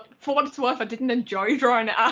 for what it's worth, i didn't enjoy drawing it ah